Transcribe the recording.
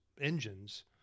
engines